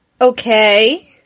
Okay